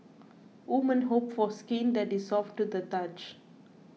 women hope for skin that is soft to the touch